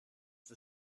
the